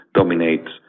dominates